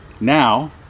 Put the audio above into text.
Now